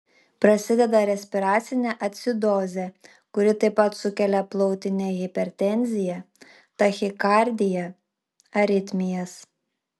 prasideda respiracinė acidozė kuri taip pat sukelia plautinę hipertenziją tachikardiją aritmijas